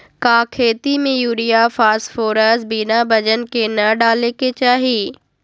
का खेती में यूरिया फास्फोरस बिना वजन के न डाले के चाहि?